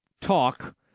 talk